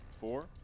four